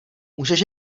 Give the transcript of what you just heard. můžeš